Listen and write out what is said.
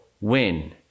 win